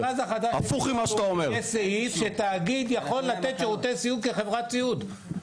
יש סעיף שתאגיד יכול לתת שירותי סיעוד כחברת סיעוד.